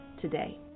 today